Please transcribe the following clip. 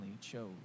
chose